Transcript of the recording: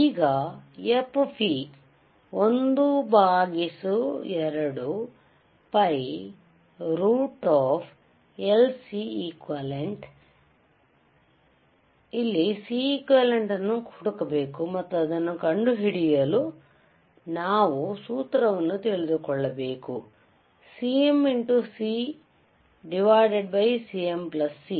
ಈಗ fp 12piLCequivalent Cequivalent ಅನ್ನು ಹುಡುಕಬೇಕು ಮತ್ತು ಅದನ್ನು ಕಂಡುಹಿಡಿಯಲು ನಾವು ಸೂತ್ರವನ್ನು ತಿಳಿದುಕೊಳ್ಳಬೇಕು CM xCCM C